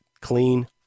clean